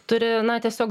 turi na tiesiog